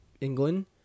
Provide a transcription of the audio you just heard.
England